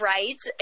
Right